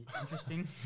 interesting